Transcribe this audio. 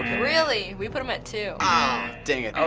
really? we put him at two. ah, dang it.